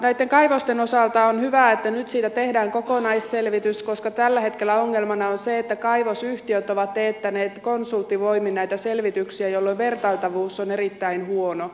näitten kaivosten osalta on hyvä että nyt siitä tehdään kokonaisselvitys koska tällä hetkellä ongelmana on se että kaivosyhtiöt ovat teettäneet konsulttivoimin näitä selvityksiä jolloin vertailtavuus on erittäin huono